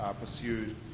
pursued